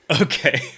Okay